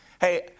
Hey